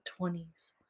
20s